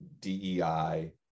DEI